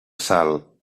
sal